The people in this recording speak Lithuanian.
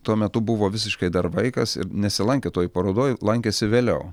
tuo metu buvo visiškai dar vaikas ir nesilankė toj parodoj lankėsi vėliau